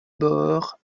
boeres